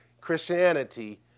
Christianity